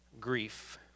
grief